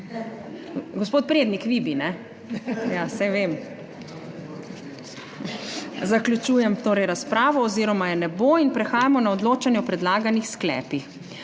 Gospod Prednik, vi bi, kajne? Ja, saj vem. Zaključujem torej razpravo oziroma je ne bo. Prehajamo na odločanje o predlaganih sklepih.